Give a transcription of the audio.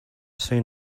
soon